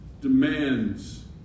demands